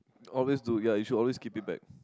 always do ya you should always keep it back